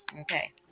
okay